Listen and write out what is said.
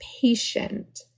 patient